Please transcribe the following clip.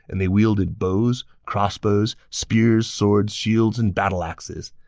and they wielded bows, crossbows, spears, swords, shields, and battle axes.